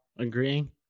Agreeing